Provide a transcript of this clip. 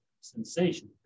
sensation